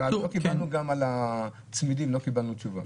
וגם על הצמידים לא קיבלנו תשובה.